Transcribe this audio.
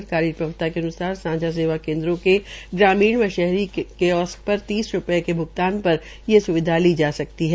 सरकारी प्रवक्ता के अन्सार सांझा सेवा केन्द्रों को ग्रामीण व शहरी के केयोस्क पर तीस रूपये के भ्गतान पर यह सविधा ली जा सकती है